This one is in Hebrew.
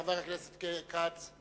חבר הכנסת כץ.